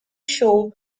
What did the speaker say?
show